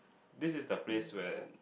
this is the place where